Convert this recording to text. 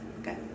Okay